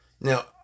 Now